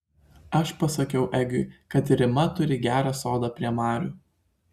aš pasakiau egiui kad rima turi gerą sodą prie marių